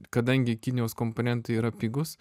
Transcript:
kadangi kinijos komponentai yra pigūs